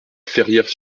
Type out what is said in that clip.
ferrières